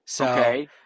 Okay